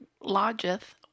lodgeth